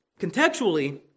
Contextually